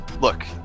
look